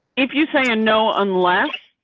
if you say a, no, unless